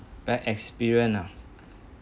bad experience ah